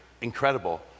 incredible